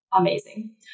amazing